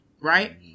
right